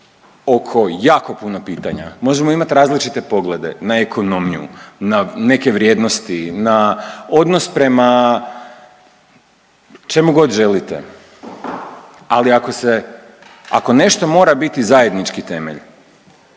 oko jako puno pitanja, možemo imati različite poglede na ekonomiju, na neke vrijednosti, na odnos prema čemu god želite. Ali ako nešto mora biti zajednički temelj